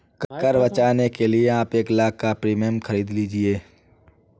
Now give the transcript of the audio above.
कर बचाने के लिए आप एक लाख़ का प्रीमियम खरीद लीजिए